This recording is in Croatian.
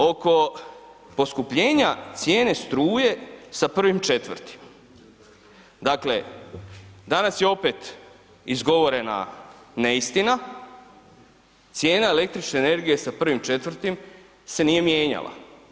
Oko poskupljenja cijene struje sa 1.4., dakle danas je opet izgovorena neistina, cijena električne energije sa 1.4. se nije mijenjala.